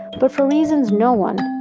but for reasons no one,